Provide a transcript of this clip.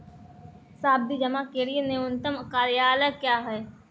सावधि जमा के लिए न्यूनतम कार्यकाल क्या है?